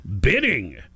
bidding